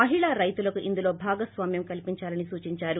మహిళా రైతులకు ఇందులో భాగస్సామ్యం కల్సిందాలని సూచిందారు